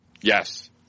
Yes